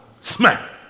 Smack